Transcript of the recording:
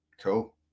Cool